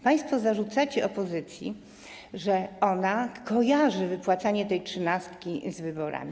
Państwo zarzucacie opozycji, że ona kojarzy wypłacanie tej trzynastki z wyborami.